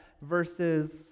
versus